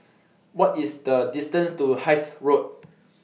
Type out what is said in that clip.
What IS The distance to Hythe Road